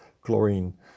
chlorine